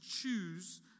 choose